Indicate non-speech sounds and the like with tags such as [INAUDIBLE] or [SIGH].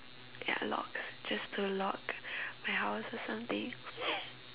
ya locks just to lock my house or something [NOISE]